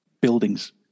buildings